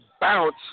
bounce